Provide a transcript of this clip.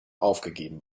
aufgegeben